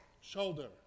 shoulder